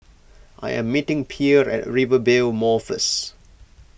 I am meeting Pierce at Rivervale Mall first